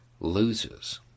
loses